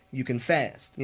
you can fast.